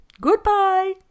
Goodbye